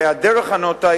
והדרך הנאותה,